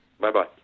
Bye-bye